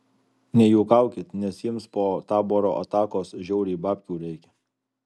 nejuokaukit nes jiems po taboro atakos žiauriai babkių reikia